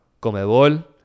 Comebol